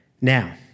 Now